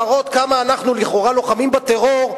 להראות כמה אנחנו לכאורה לוחמים בטרור,